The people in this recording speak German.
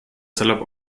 salopp